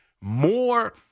more